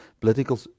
political